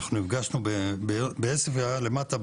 אנחנו נפגשנו בעוספיה למטה,